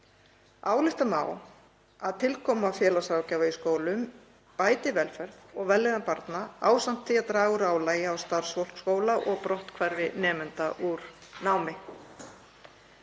Álykta má að tilkoma félagsráðgjafa í skólum bæti velferð og vellíðan barna ásamt því að draga úr álagi á starfsfólk skóla og brotthvarfi nemenda úr námi.